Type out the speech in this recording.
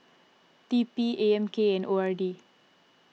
T P A M K and O R D